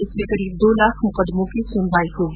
इनमें करीब दो लाख मुकदमों की सुनवाई होगी